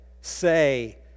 say